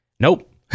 Nope